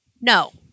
No